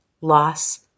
loss